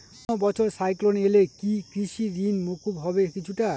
কোনো বছর সাইক্লোন এলে কি কৃষি ঋণ মকুব হবে কিছুটা?